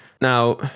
Now